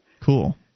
Cool